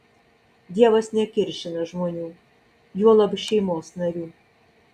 dievas nekiršina žmonių juolab šeimos narių